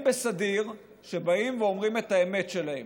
בסדיר שבאים ואומרים את האמת שלהם.